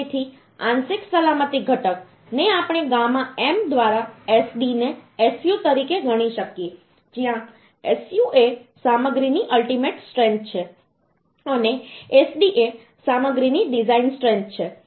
તેથી આંશિક સલામતી ઘટક ને આપણે ગામા m દ્વારા Sd ને Su તરીકે ગણી શકીએ જ્યાં Su એ સામગ્રીની અલ્ટીમેટ સ્ટ્રેન્થ છે અને Sd એ સામગ્રીની ડિઝાઇન સ્ટ્રેન્થ છે